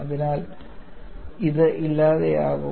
അതിനാൽ ഇത് ഇല്ലാതാക്കും